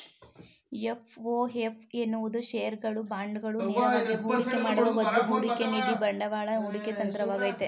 FOF ಎನ್ನುವುದು ಶೇರುಗಳು, ಬಾಂಡುಗಳು ನೇರವಾಗಿ ಹೂಡಿಕೆ ಮಾಡುವ ಬದ್ಲು ಹೂಡಿಕೆನಿಧಿ ಬಂಡವಾಳ ಹೂಡಿಕೆ ತಂತ್ರವಾಗೈತೆ